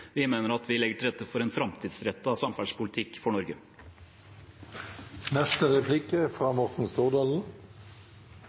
Vi mener at vi legger til rette for en framtidsrettet samferdselspolitikk for